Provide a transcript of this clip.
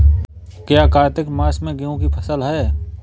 क्या कार्तिक मास में गेहु की फ़सल है?